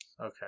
okay